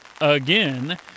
again